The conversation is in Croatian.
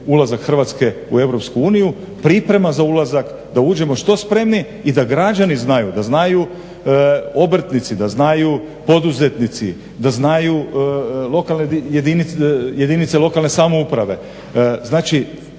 Hrvatske u EU, priprema za ulazak da uđemo što spremniji i da građani znaju, da znaju obrtnici, da znaju poduzetnici, da znaju jedinice lokalne samouprave. Znači,